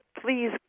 please